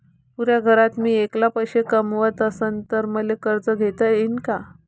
पुऱ्या घरात मी ऐकला पैसे कमवत असन तर मले कर्ज घेता येईन का?